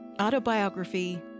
autobiography